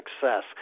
success